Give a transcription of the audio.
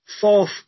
Fourth